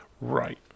Right